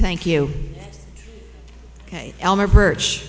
thank you ok elmer birch